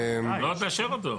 תאשר אותו.